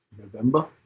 november